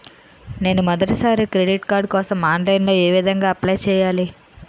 నేను మొదటిసారి credit card కోసం ఆన్లైన్ లో ఏ విధంగా అప్లై చేయాలి?